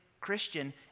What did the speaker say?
Christian